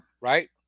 right